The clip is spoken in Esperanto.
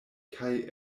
kaj